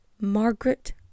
Margaret